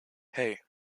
hey